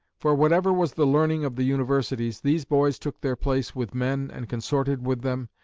for whatever was the learning of the universities, these boys took their place with men and consorted with them,